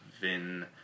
Vin